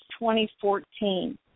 2014